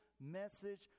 message